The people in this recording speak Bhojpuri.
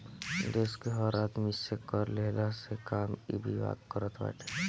देस के हर आदमी से कर लेहला के काम इ विभाग करत बाटे